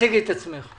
תציגי את עצמך.